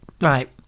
Right